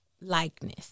likeness